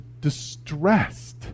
distressed